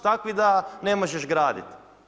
Takvi da ne možeš graditi.